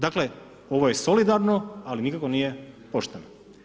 Dakle, ovo je solidarno, ali nikako nije pošteno.